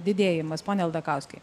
didėjimas pone aldakauski